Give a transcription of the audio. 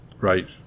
Right